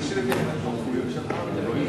כשם שאנחנו,